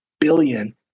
billion